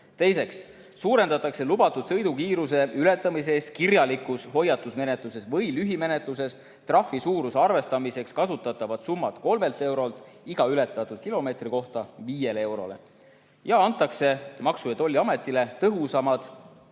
Teiseks, suurendatakse lubatud sõidukiiruse ületamise eest kirjalikus hoiatusmenetluses või lühimenetluses trahvi suuruse arvestamiseks kasutatavat summat 3 eurolt iga ületatud kilomeetri kohta 5 eurole ja antakse Maksu- ja Tolliametile tõhusamad,